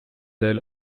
elle